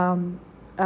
um uh